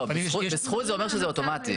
לא, בזכות זה אומר שזה אוטומטי.